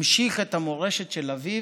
המשיך את המורשת של אביו.